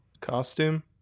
Costume